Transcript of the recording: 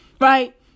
right